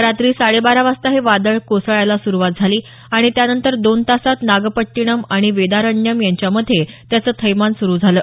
रात्री साडेबारा वाजता हे वादळ कोसळायला सुरुवात झाली आणि त्यानंतर दोन तासात नागप्पट्टीणम आणि वेदारण्यम यांच्या मधे त्याचं थैमान सुरु झालं